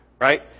right